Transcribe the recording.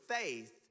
faith